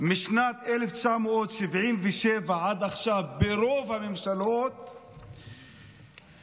משנת 1977 עד עכשיו, רוב הממשלות האלה